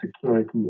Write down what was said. security